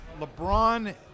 LeBron